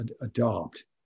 adopt